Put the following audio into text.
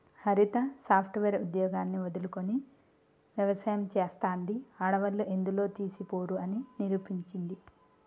హరిత software ఉద్యోగాన్ని వదులుకొని వ్యవసాయం చెస్తాంది, ఆడవాళ్లు ఎందులో తీసిపోరు అని నిరూపించింది